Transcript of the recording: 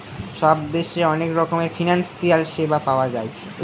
সব দেশে অনেক রকমের ফিনান্সিয়াল সেবা পাওয়া যায়